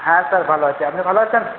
হ্যাঁ স্যার ভালো আছি আপনি ভালো আছেন